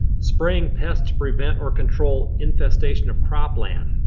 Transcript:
spraying pests to prevent or control infestation of crop land.